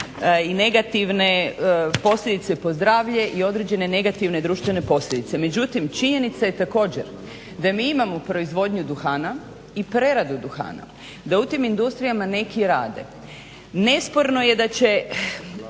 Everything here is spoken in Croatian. i negativne posljedice po zdravlje i određene negativne društvene posljedice. Međutim, činjenica je također da mi imamo proizvodnju duhana i preradu duhana, da u tim industrijama neki rade. Nesporno je da će